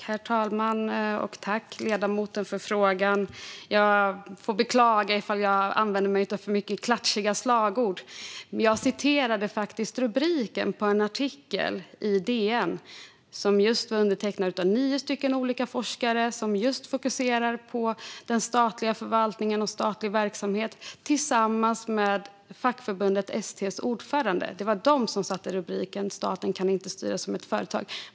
Herr talman! Tack, ledamoten, för frågan! Jag får beklaga ifall jag använder mig av för många klatschiga slagord, men jag citerade rubriken på en artikel i DN som var undertecknad av nio olika forskare, som fokuserar just på den statliga förvaltningen och statlig verksamhet, tillsammans med fackförbundet ST:s ordförande. Det var de som satte rubriken att staten inte kan styras som ett företag.